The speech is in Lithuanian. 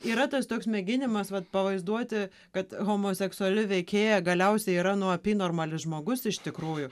yra tas toks mėginimas vat pavaizduoti kad homoseksuali veikėja galiausiai yra nu apynormalis žmogus iš tikrųjų